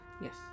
yes